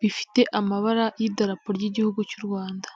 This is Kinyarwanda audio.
bifite amabara y'idarapo ry'Igihugu cy'u Rwanda.